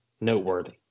noteworthy